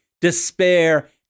despair